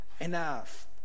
enough